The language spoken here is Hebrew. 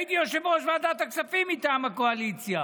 הייתי יושב-ראש ועדת הכספים מטעם הקואליציה